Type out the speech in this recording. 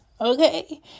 Okay